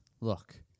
Look